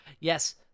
yes